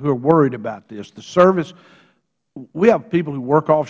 who are worried about this the serviceh we have people who work off